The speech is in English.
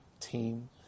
team